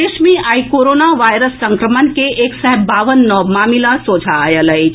प्रदेश मे आई कोरोना वायरस संक्रमण के एक सय बावन नव मामिला सोझा आएल अछि